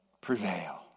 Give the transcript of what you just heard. prevail